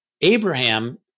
Abraham